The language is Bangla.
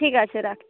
ঠিক আছে রাখছি